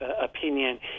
opinion